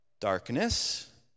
Darkness